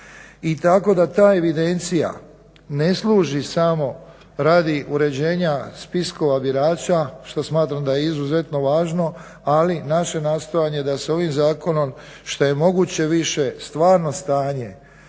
i tako da ta evidencija ne služi samo radi uređenja spiskova birača što smatram da je izuzetno važno, ali naše nastojanje da se ovim zakonom šta je moguće više stvarno stanje